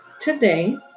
today